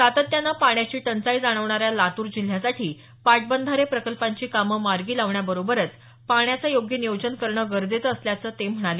सातत्यानं पाण्याची टंचाई जाणवणाऱ्या लातूर जिल्ह्यासाठी पाटबंधारे प्रकल्पांची कामं मार्गी लावण्याबरोबरच पाण्याचं योग्य नियोजन करणं गरजेचं असल्याचं ते म्हणाले